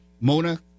Mona